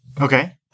okay